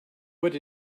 what